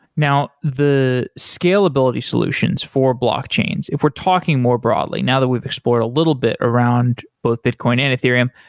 now, the scalability solutions for blockchains, if we're talking more broadly now that we've explored a little bit around both bitcoin and ethereum.